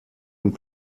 und